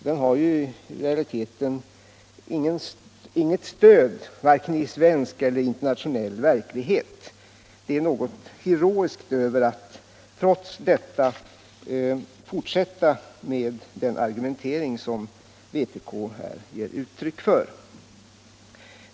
Den har ju i realiteten inget stöd i vare sig svensk eller internationell verklighet. Det är något heroiskt över att trots detta fortsätta med den argumentering som vpk här för.